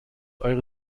eure